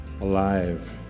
Alive